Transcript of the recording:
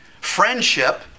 Friendship